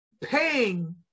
paying